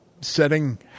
Setting